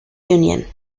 union